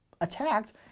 attacked